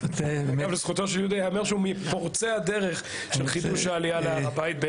לזכותו של יהודה ייאמר שהוא מפורצי הדרך של חידוש העלייה להר הבית.